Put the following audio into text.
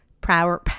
power